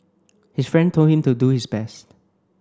his friend told him to do his best